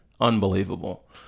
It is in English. Unbelievable